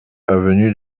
avenue